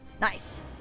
Nice